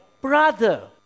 Brother